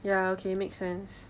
ya okay make sense